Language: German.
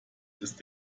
ist